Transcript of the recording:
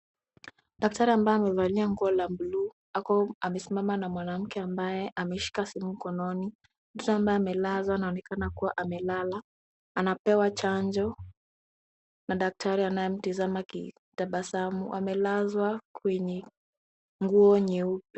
Daktari ambaye amevalia nguo la bluu ako amesimama na mwanamke ambaye ameshika simu mkononi. Mtoto ambaye amelazwa anaonekana kuwa amelala, anapewa chanjo na daktari anayemtizama akitabasamu. Amelazwa kwenye nguo nyeupe.